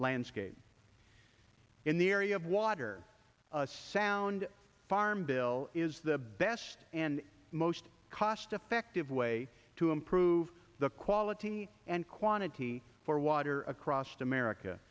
landscape in the area of water sound farm bill is the best and most cost effective way to improve the quality and quantity for water across america